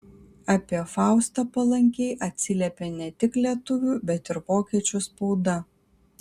apie faustą palankiai atsiliepė ne tik lietuvių bet ir vokiečių spauda